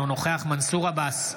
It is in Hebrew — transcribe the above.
אינו נוכח מנסור עבאס,